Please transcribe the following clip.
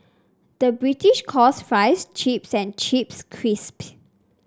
the British calls fries chips and chips crisps